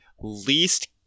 least